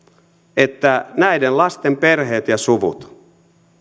että näiden lasten perheet ja suvut